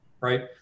right